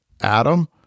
adam